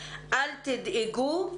אל תדאגו,